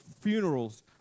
funerals